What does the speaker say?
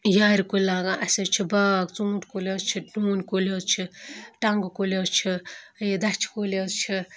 یارِ کُلۍ لاگان اَسہِ حظ چھِ باغ ژوٗںٛٹھۍ کُلۍ حظ چھِ ڈوٗںۍ کُلۍ حظ چھِ ٹنٛگہٕ کُلی حظ چھِ یہِ دَچھِ کُلۍ حظ چھِ